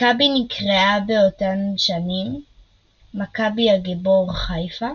מכבי נקראה באותן שנים "מכבי הגיבור חיפה",